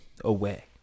away